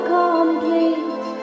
complete